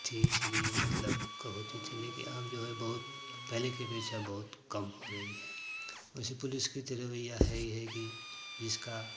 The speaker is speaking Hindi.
थी इसलिए मतलब कब होती थी लेकिन अब जो है बहुत पहले कि अपेक्षा बहुत कम हो रही है वैसे पुलिस कि तो रवैया है ही है कि जिसका